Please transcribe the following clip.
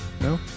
no